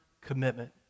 commitment